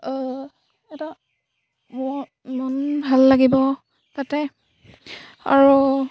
এটা মোৰ মন ভাল লাগিব তাতে আৰু